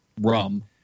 rum